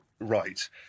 right